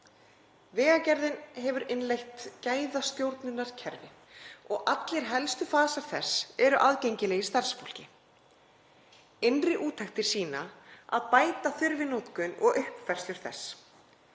Vegagerðin hefur innleitt gæðastjórnunarkerfi og allir helstu fasar þess eru aðgengilegir starfsfólki. Innri úttektir sýna að bæta þurfi notkun og uppfærslur þess.